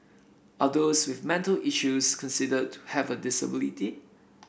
are those with mental issues considered to have a disability